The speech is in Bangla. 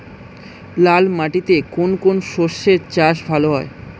লাল মাটিতে কোন কোন শস্যের চাষ ভালো হয়?